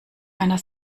einer